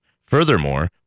Furthermore